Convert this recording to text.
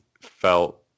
felt